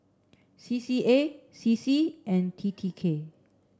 C C A C C and T T K